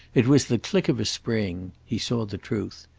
it was the click of a spring he saw the truth.